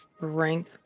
Rank